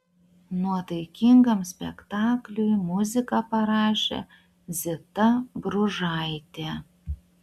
nuotaikingam spektakliui muziką parašė zita bružaitė